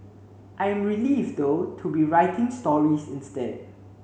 I am relieved though to be writing stories instead